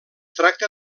tracta